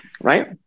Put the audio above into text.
right